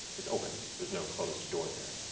it's open. there's no closed door there.